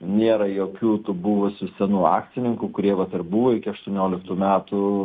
nėra jokių tų buvusių senų akcininkų kurie va dar buvo iki aštuonioliktų metų